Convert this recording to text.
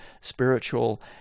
spiritual